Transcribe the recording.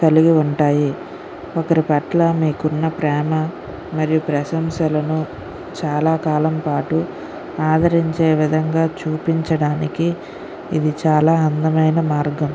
కలిగి ఉంటాయి ఒకరి పట్ల మీకు ఉన్న ప్రేమ మరియు ప్రశంసలను చాలా కాలం పాటు ఆదరించే విధంగా చూపించడానికి ఇది చాలా అందమైన మార్గం